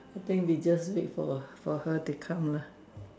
I think we just wait for for her to come lah